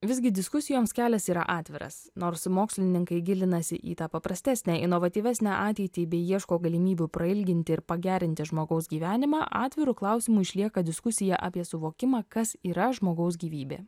visgi diskusijoms kelias yra atviras nors mokslininkai gilinasi į tą paprastesnę inovatyvesnę ateitį bei ieško galimybių prailginti ir pagerinti žmogaus gyvenimą atviru klausimu išlieka diskusija apie suvokimą kas yra žmogaus gyvybė